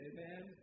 Amen